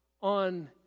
on